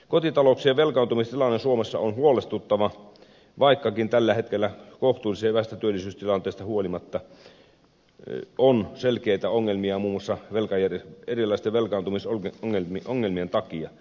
kotitalouksien velkaantumistilanne suomessa on huolestuttava vaikkakin tällä hetkellä kohtuullisen hyvästä työllisyystilanteesta huolimatta on selkeitä ongelmia muun muassa erilaisten velkaantumisongelmien takia